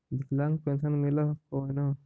विकलांग पेन्शन मिल हको ने?